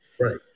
Right